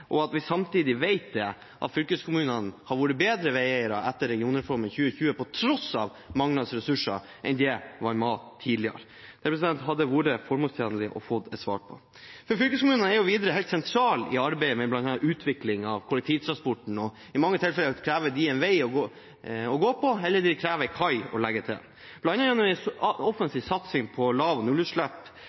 fylkesveier eller riksveier. Samtidig vet vi at fylkeskommunene, etter reformen fra 2010, har vært bedre veieiere – på tross av manglende ressurser – enn den tidligere. Det hadde vært formålstjenlig å få et svar på det. Fylkeskommunene er helt sentrale i arbeidet med bl.a. utviklingen av kollektivtransporten. I mange tilfeller krever den en vei å gå på eller en kai å legge til ved. Blant annet når det gjelder det offentliges satsing på lav-